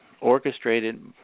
orchestrated